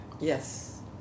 Yes